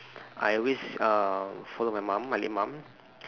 I always uh follow my mum malay mum